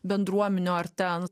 bendruomenių ar ten